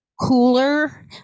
cooler